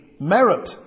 Merit